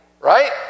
right